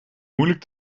moeilijk